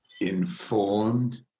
Informed